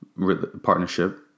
partnership